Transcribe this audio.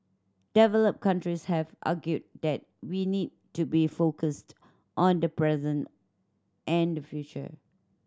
developed countries have argued that we need to be focused on the present and the future